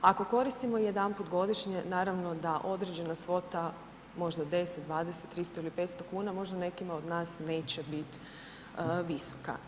Ako koristimo jedanput godišnje naravno da određena svota, možda 10, 20, 300 ili 500 kn može nekima od nas neće bit visoka.